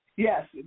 Yes